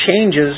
changes